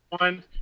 one